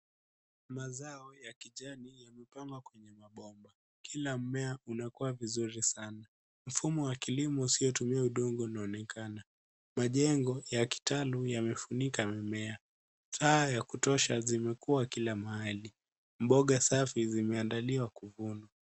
Mazao ya kijani yamepangwa kwenye mabomba. Kila mmea unakua vizuri sana. Mfumo wa kilimo usiotumia udongo unaonekana. Majengo ya kitalu yamefunika mimea. Taa ya kutosha zimekuwa kila mahali. Mboga safi zimeandaliwa kuvunwa.